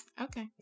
Okay